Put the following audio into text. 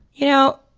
you know,